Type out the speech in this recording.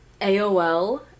AOL